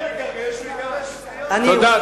תודה.